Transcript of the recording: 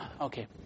Okay